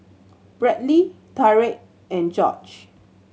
Bradley Tarik and Jorge